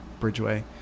Bridgeway